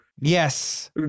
Yes